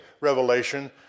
revelation